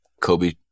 kobe